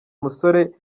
musore